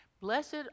Blessed